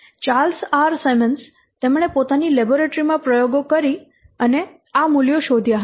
Charles R Simons તેમણે પોતાની laboratory માં પ્રયોગો કરીને આ મૂલ્યો શોધ્યા હતા